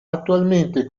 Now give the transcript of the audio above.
attualmente